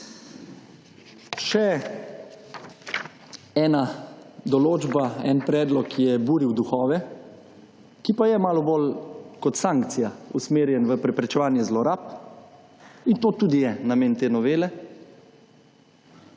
Še ena določba, en predlog, ki je buril duhove, ki pa je malo bolj kot sankcija usmerjan v preprečevanje zlorab in to tudi je namen te novele.